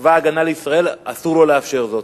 צבא-הגנה לישראל, אסור לו לאפשר זאת.